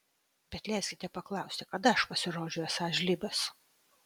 bet leiskite paklausti kada aš pasirodžiau esąs žlibas